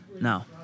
now